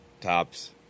tops